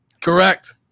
Correct